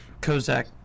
Kozak